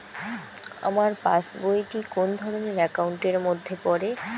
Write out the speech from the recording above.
আমার passbook টি কোন ধরণের একাউন্ট এর মধ্যে পড়ে?